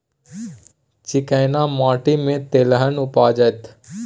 चिक्कैन माटी में तेलहन उपजतै?